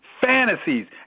fantasies